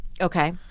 Okay